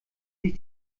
sich